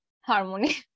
harmony